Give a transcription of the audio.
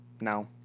No